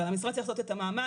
אבל המשרד צריך לעשות את המאמץ,